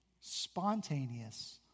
spontaneous